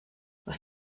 was